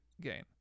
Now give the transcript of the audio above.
gain